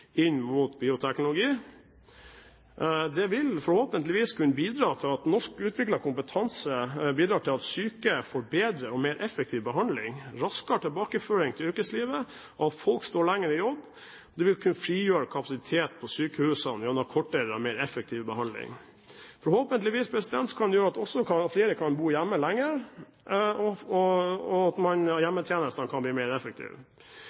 inn mot bioteknologi. Det vil forhåpentligvis kunne bidra til at norsk utviklet kompetanse bidrar til at syke får bedre og mer effektiv behandling, raskere tilbakeføring til yrkeslivet og at folk står lenger i jobb. Det vil kunne frigjøre kapasitet på sykehusene ved kortere og mer effektiv behandling. Forhåpentligvis vil det også kunne gjøre at flere kan bo hjemme lenger, og at hjemmetjenestene kan bli mer effektive.